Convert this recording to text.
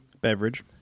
Beverage